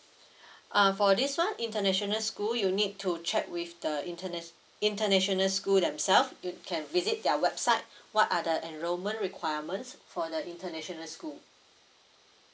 uh for this [one] international school you need to check with the interna~ international school themselves you can visit their website what are the enrollment requirements for the international school